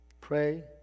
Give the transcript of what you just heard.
Pray